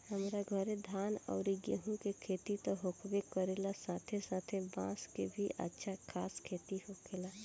हमरा घरे धान अउरी गेंहू के खेती त होखबे करेला साथे साथे बांस के भी अच्छा खासा खेती होखेला